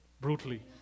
Brutally